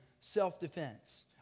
self-defense